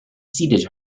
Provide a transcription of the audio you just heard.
ceded